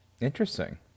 Interesting